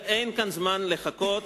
ואין זמן לחכות.